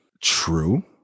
True